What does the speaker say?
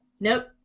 Nope